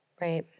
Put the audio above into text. right